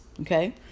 okay